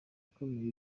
ikomeye